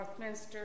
Northminster